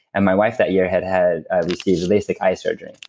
and my wife that year had had received lasix eye surgery.